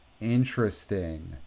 Interesting